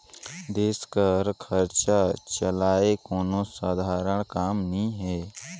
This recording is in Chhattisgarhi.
देस कर खरचा चलई कोनो सधारन काम नी हे